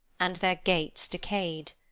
and their gates decayed.